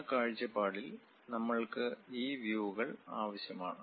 ആ കാഴ്ചപ്പാടിൽ നമ്മൾക്ക് ഈ വ്യൂകൾ ആവശ്യമാണ്